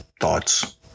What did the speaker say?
thoughts